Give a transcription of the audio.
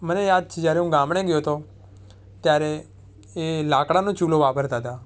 મને યાદ છે જ્યારે હું ગામડે ગયો હતો ત્યારે એ લાકડાનો ચૂલો વાપરતા હતા